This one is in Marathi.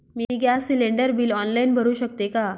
मी गॅस सिलिंडर बिल ऑनलाईन भरु शकते का?